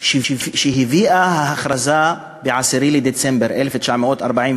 שהביאה ב-10 בדצמבר 1948 ההכרזה